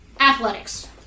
athletics